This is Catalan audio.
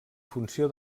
funció